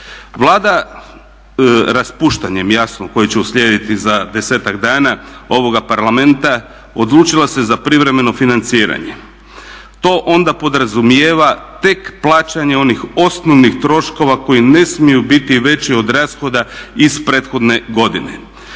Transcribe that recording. Vlada raspuštanjem jasno koje će uslijediti za 10-ak dana ovoga parlamenta, odlučila se za privremeno financiranje. To onda podrazumijeva tek plaćanje onih osnovnih troškova koji ne smiju biti veći od rashoda iz prethodne godine.